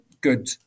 good